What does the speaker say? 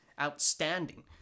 outstanding